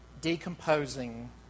decomposing